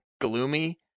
Gloomy